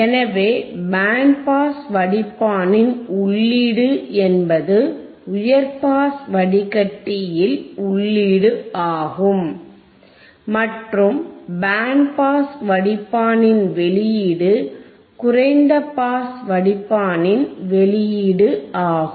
எனவே band pass வடிப்பானின் உள்ளீடு என்பது உயர் பாஸ் வடிகட்டியில் உள்ளீடு ஆகும் மற்றும் பேண்ட் பாஸ் வடிப்பானின் வெளியீடு குறைந்த பாஸ் வடிப்பானின் வெளியீடு ஆகும்